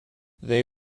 they